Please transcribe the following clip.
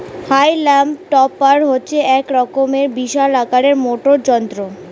হাইলাম টপার হচ্ছে এক রকমের বিশাল আকারের মোটর যন্ত্র